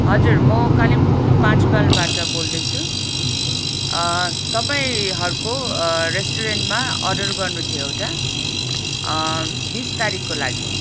हजुर म कालिम्पोङ पाँच माइलबाट बोल्दैछु तपाईँहरूको रेस्टुरेन्टमा अर्डर गर्नु थियो एउटा बिस तारिकको लागि